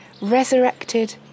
resurrected